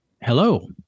Hello